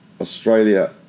Australia